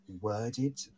worded